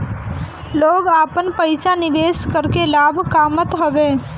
लोग आपन पईसा निवेश करके लाभ कामत हवे